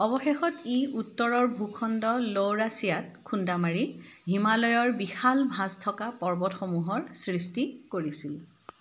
অৱশেষত ই উত্তৰৰ ভূখণ্ড লউৰাছিয়াত খুন্দা মাৰি হিমালয়ৰ বিশাল ভাঁজ থকা পৰ্বতসমূহৰ সৃষ্টি কৰিছিল